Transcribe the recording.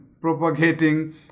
propagating